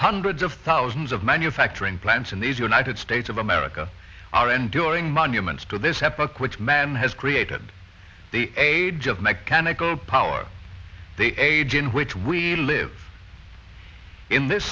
hundreds of thousands of manufacturing plants in these united states of america are enduring monuments to this effort which man has created the age of mechanical power they age in which we live in this